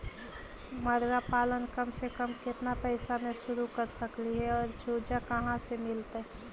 मरगा पालन कम से कम केतना पैसा में शुरू कर सकली हे और चुजा कहा से मिलतै?